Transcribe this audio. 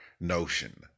notion